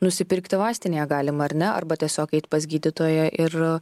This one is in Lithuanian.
nusipirkti vaistinėje galima ar ne arba tiesiog eiti pas gydytoją ir